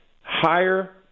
higher